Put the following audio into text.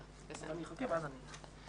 הממלכתי ערבבתם עם מזרח